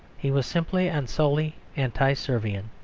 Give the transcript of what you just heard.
he was simply and solely anti-servian.